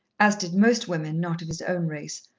as did most women not of his own race,